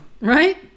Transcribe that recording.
Right